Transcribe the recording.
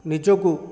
ନିଜକୁ